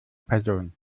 person